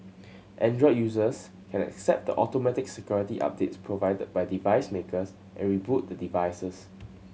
android users can accept the automatic security updates provided by device makers and reboot the devices